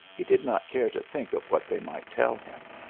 he did not care to think of what they might tell him.